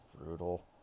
brutal